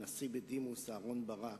הנשיא בדימוס אהרן ברק,